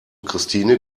christine